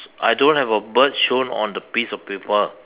I don't have a bird shown on the piece of paper